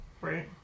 right